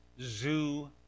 zoo